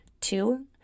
Two